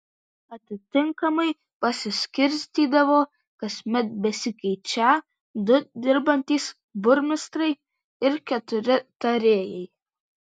atitinkamai pasiskirstydavo kasmet besikeičią du dirbantys burmistrai ir keturi tarėjai